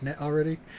already